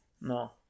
No